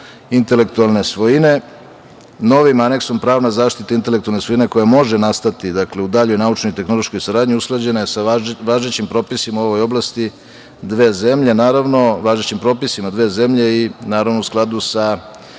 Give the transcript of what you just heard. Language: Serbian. intelektualne svojine, novim Aneksom pravna zaštita intelektualne svojine koja može nastati u daljoj naučnoj-tehnološkoj saradnji, usklađena je sa važećim propisima u ovoj oblasti dve zemlje, naravno važećim propisima dve zemlje i naravno u skladu sa